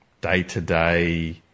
day-to-day